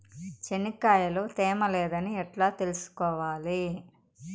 చెనక్కాయ లో తేమ లేదని ఎట్లా తెలుసుకోవాలి?